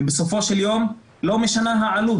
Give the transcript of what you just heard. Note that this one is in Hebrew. ובסופו של יום לא משנה העלות.